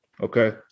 Okay